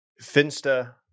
Finsta